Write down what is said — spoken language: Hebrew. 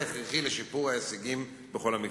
הכרחי לשיפור ההישגים בכל המקצועות.